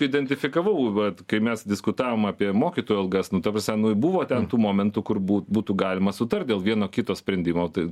identifikavau vat kai mes diskutavom apie mokytojų algas nu ta prasme nu buvo ten tų momentų kur bū būtų galima sutart dėl vieno kito sprendimo tai